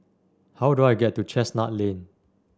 how do I get to Chestnut Lane